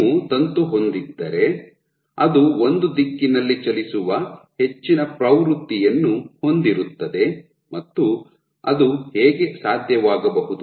ನೀವು ತಂತು ಹೊಂದಿದ್ದರೆ ಅದು ಒಂದು ದಿಕ್ಕಿನಲ್ಲಿ ಚಲಿಸುವ ಹೆಚ್ಚಿನ ಪ್ರವೃತ್ತಿಯನ್ನು ಹೊಂದಿರುತ್ತದೆ ಮತ್ತು ಅದು ಹೇಗೆ ಸಾಧ್ಯವಾಗಬಹುದು